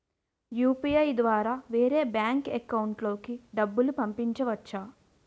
UPI ద్వారా వేరే bank account లోకి డబ్బులు పంపించవచ్చా?